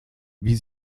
wie